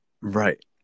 Right